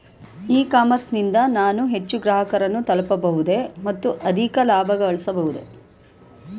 E commerce ನಿಂದ ನಾನು ಹೆಚ್ಚು ಗ್ರಾಹಕರನ್ನು ತಲುಪಬಹುದೇ ಮತ್ತು ಅಧಿಕ ಲಾಭಗಳಿಸಬಹುದೇ?